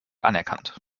anerkannt